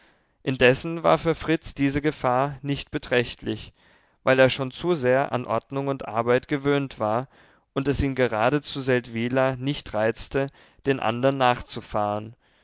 indessen war für fritz diese gefahr nicht beträchtlich weil er schon zu sehr an ordnung und arbeit gewöhnt war und es ihn gerade zu seldwyla nicht reizte den anderen nachzufahren